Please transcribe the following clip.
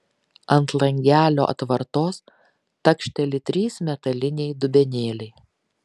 ant langelio atvartos takšteli trys metaliniai dubenėliai